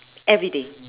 everyday